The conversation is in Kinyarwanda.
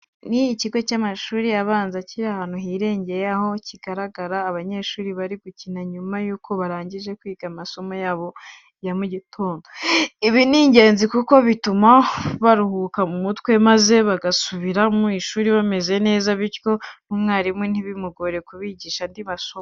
Ni ikigo cy'amashuri abanza kiri ahantu hirengeye, aho hari kugaragara abanyeshuri bari gukina nyuma yuko barangije kwiga amasomo yabo ya mu gitondo. Ibi ni ingenzi kuko bituma baruhura mu mutwe, maze bagasubira mu ishuri bameze neza bityo n'umwarimu ntibimugore kubigisha andi masomo.